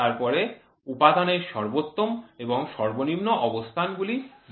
তারপরে উপাদান এর সর্বোত্তম এবং সর্বনিম্ন অবস্থানগুলি দেখেছি